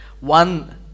One